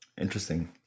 Interesting